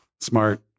smart